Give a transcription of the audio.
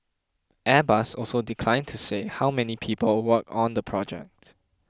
Airbus also declined to say how many people work on the project